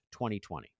2020